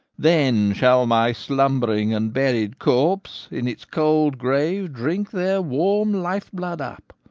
then shall my slumbering and buried corpse in its cold grave drink their warm life-blood up,